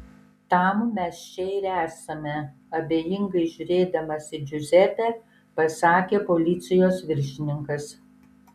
tam mes čia ir esame abejingai žiūrėdamas į džiuzepę pasakė policijos viršininkas